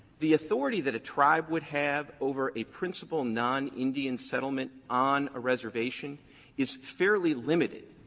the authority that a tribe would have over a principal non-indian settlement on a reservation is fairly limited.